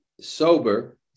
sober